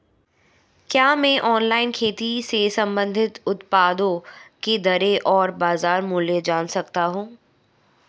क्या मैं ऑनलाइन खेती से संबंधित उत्पादों की दरें और बाज़ार मूल्य जान सकता हूँ?